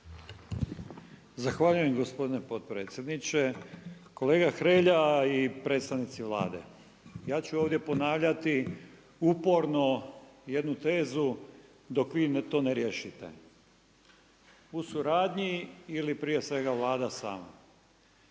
Zahvaljujem gospodine potpredsjedniče. Kolega Hrelja i predstavnici Vlade, ja ću ovdje ponavljati uporno, jednu tezu dok vi to ne riješite. U suradnji ili prije svega Vlada sama.